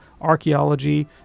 archaeology